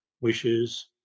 wishes